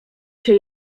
się